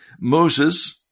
Moses